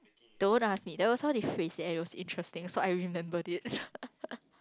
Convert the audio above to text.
don't ask me that was how they phrase there and it was interesting so I remembered it